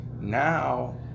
Now